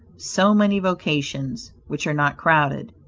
so many vocations which are not crowded,